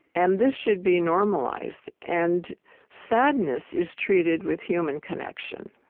and this should be normalized. and sadness is treated with human connection